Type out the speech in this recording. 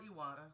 Iwata